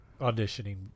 auditioning